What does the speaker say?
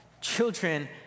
Children